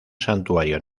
santuario